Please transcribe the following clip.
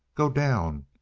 go down,